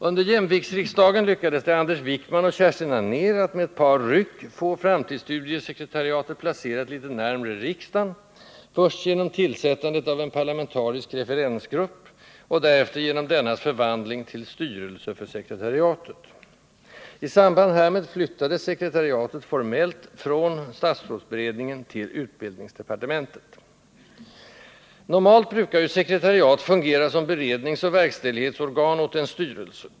Under jämviktsriksdagen lyckades det Anders Wijkman och Kerstin Anér att med ett par ryck få framtidsstudiesekretariatet placerat litet närmre riksdagen, först genom tillsättandet av en ”parlamentarisk referensgrupp” och därefter genom dennas förvandling till styrelse för sekretariatet. I samband härmed flyttades sekretariatet formellt från statsrådsberedningen Normalt brukar ett sekretariat fungera som beredningsoch verkställighetsorgan åt en styrelse.